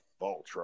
Voltron